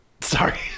sorry